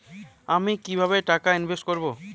আমি কিভাবে টাকা ইনভেস্ট করব?